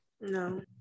No